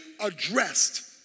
addressed